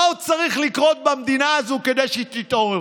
מה עוד צריך לקרות במדינה הזאת כדי שתתעוררו?